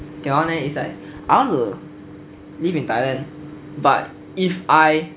that one leh is like I want to live in thailand but if I